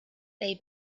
they